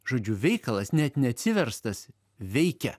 žodžiu veikalas net neatsiverstas veikia